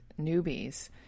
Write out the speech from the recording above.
newbies